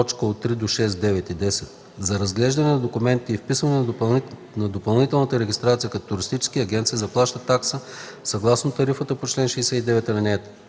За разглеждане на документите и вписване на допълнителната регистрация като туристически агент се заплащат такси съгласно тарифата по чл. 69, ал.